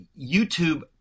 youtube